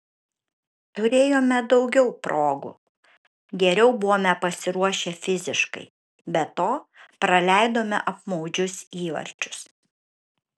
turėjome daugiau progų geriau buvome pasiruošę fiziškai be to praleidome apmaudžius įvarčius